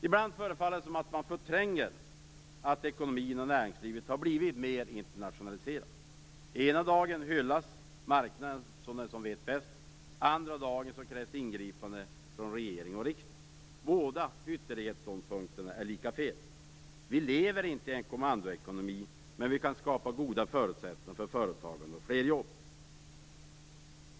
Ibland förefaller det som om man förtränger att ekonomin och näringslivet har blivit mer internationaliserade. Ena dagen hyllas marknaden som den som vet bäst; andra dagen krävs ingripanden från regering och riksdag. Båda ytterlighetsståndpunkterna är lika fel. Vi lever inte i en kommandoekonomi, men vi kan skapa goda förutsättningar för företagande och fler jobb.